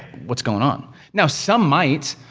what's goin' on? now some might,